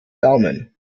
daumen